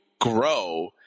grow